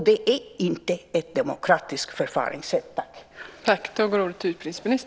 Det är inte ett demokratiskt förfaringssätt.